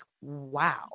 wow